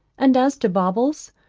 and as to baubles,